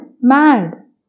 mad